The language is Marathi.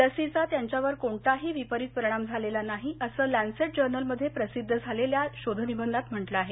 लसीचा त्यांच्यावर कोणताही विपरित परिणाम झालेला नाही असं लॅन्सेंट जर्नलमध्ये प्रसिद्ध झालेल्या शोधनिबंधात म्हटलं आहे